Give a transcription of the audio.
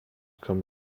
came